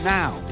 now